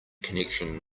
connection